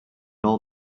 all